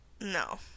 No